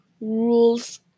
rules